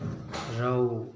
ꯔꯧ